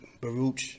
Baruch